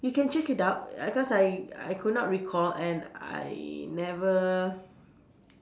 you can check it out uh cause I I could not recall and I never